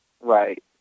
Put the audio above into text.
Right